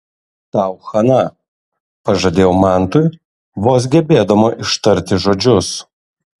tau chana pažadėjau mantui vos gebėdama ištarti žodžius